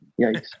Yikes